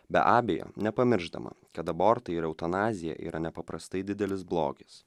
be abejo nepamiršdama kad abortai ir eutanazija yra nepaprastai didelis blogis